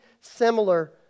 similar